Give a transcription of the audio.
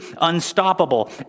unstoppable